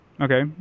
Okay